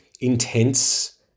intense